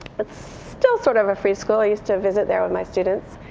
it's still sort of a free school. i used to visit there with my students.